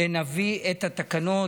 נביא את התקנות,